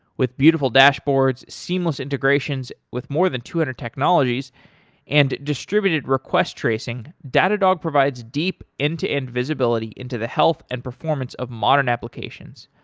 with beautiful dashboards, seamless integrations with more than two hundred technologies and distributed request tracing, datadog provides deep end-to-end and visibility into the health and performance of modern applications.